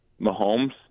Mahomes